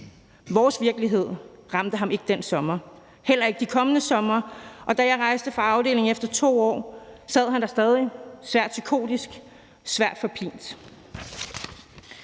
Vores virkelighed ramte ham ikke den sommer, heller ikke de kommende somre. Og da jeg rejste fra afdelingen efter 2 år, sad han der stadig svært psykotisk og svært forpint.